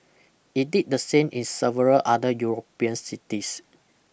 it did the same in several other European cities